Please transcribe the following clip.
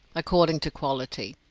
according to quality,